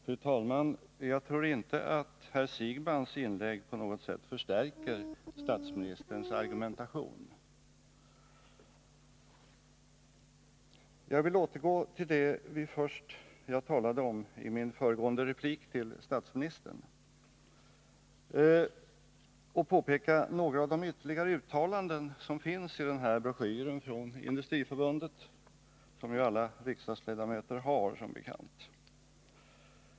Fru talman! Jag tror inte att herr Siegbahns inlägg på något sätt förstärker statsministerns argumentation. Jag vill återgå till det jag talade om i min föregående replik till statsministern och fästa uppmärksamheten på ytterligare några av de uttalanden som finns i Industriförbundets broschyr, som alla riksdagsledamöter som bekant har.